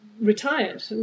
retired